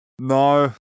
No